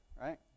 right